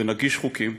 ונגיש חוקים,